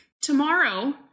Tomorrow